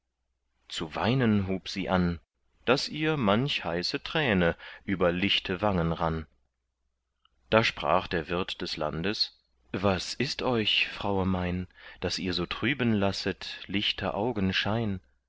zu weinen hub sie an daß ihr manch heiße träne über lichte wangen rann da sprach der wirt des landes was ist euch fraue mein daß ihr so trüben lasset lichter